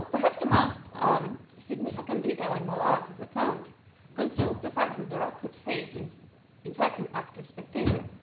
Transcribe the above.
perhaps the most significant detail in malalas's account concerns the fact that the rock cut face is in fact an active spectator,